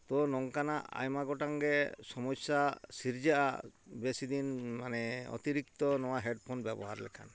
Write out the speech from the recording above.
ᱛᱚ ᱱᱚᱝᱠᱟᱱᱟᱜ ᱟᱭᱢᱟ ᱜᱚᱴᱟᱝᱜᱮ ᱥᱚᱢᱚᱥᱥᱟ ᱥᱤᱨᱡᱟᱹᱜᱼᱟ ᱵᱮᱥᱤᱫᱤᱚᱱ ᱢᱟᱱᱮ ᱚᱛᱤᱨᱤᱠᱛᱚ ᱱᱚᱣᱟ ᱦᱮᱰᱯᱷᱳᱱ ᱵᱮᱵᱚᱦᱟᱨ ᱞᱮᱠᱷᱟᱱ